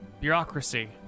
Bureaucracy